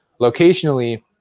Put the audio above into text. locationally